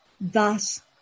Thus